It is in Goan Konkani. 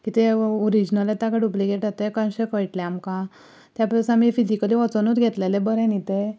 कितें ऑरिजनल येता काय डुब्लिकेट येता ते कशे कळटले आमकां ते परस आमी फिजीकली वचुनूच घेतलेले बरें न्हय ते